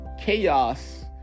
Chaos